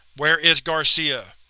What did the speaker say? where is garcia?